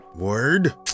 word